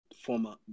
former